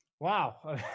Wow